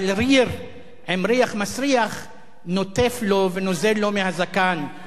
אבל ריר עם ריח מסריח נוטף לו ונוזל לו מהזקן.